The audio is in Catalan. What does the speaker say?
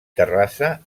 terrassa